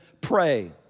pray